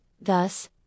thus